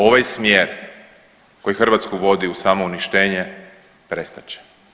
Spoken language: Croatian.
Ovaj smjer koji Hrvatsku vodi u samouništenje prestat će.